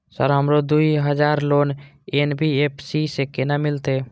Sir हमरो दूय हजार लोन एन.बी.एफ.सी से केना मिलते?